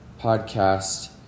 podcast